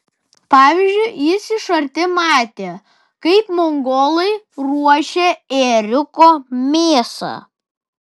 pavyzdžiui jis iš arti matė kaip mongolai ruošia ėriuko mėsą